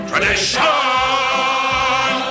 Tradition